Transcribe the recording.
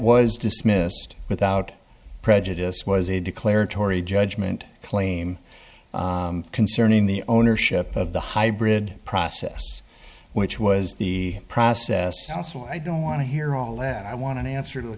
was dismissed without prejudice was a declaratory judgment claim concerning the ownership of the hybrid process which was the process since well i don't want to hear all that i want an answer to the